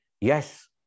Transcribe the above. yes